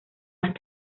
las